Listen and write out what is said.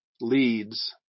leads